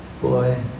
boy